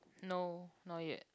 no not yet